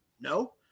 No